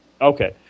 Okay